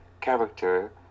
character